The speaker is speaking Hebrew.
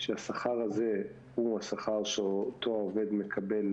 שהשכר הזה הוא השכר שאותו העובד מקבל,